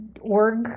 org